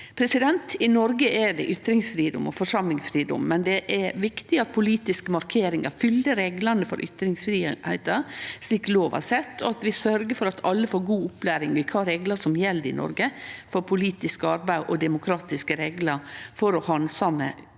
for. I Noreg er det ytringsfridom og forsamlingsfridom, men det er viktig at politiske markeringar følgjer reglane for ytringsfridomen, slik lova set, og at vi sørgjer for at alle får god opplæring i kva reglar som gjeld i Noreg for politisk arbeid, og demokratiske reglar for å gje uttrykk